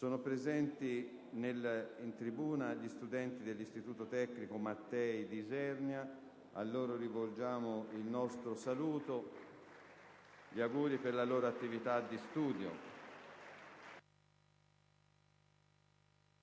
Sono presenti in tribuna gli studenti dell'istituto tecnico «Mattei» di Isernia. A loro rivolgiamo il nostro saluto e gli auguri per la loro attività di studio.